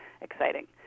exciting